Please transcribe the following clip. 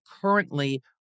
currently